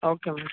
okay madam okay